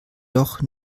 doch